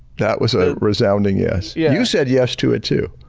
that was a resounding yes. yeah you said, yes. to it too.